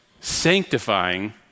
sanctifying